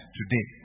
today